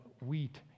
wheat